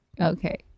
Okay